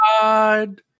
god